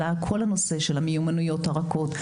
עלה כל הנושא של המיומנויות הרכות,